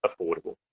affordable